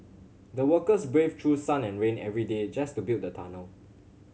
the workers braved through sun and rain every day just to build the tunnel